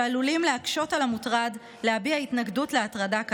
שעלולים להקשות על המוטרד להביע התנגדות להטרדה כאמור.